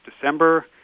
December